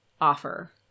offer